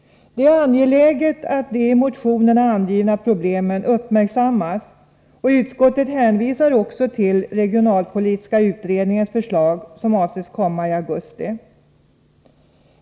Det är angeläget att de i motionerna angivna problemen uppmärksammas, och utskottet hänvisar också till regionalpolitiska utredningens förslag, som avses komma att framläggas i augusti.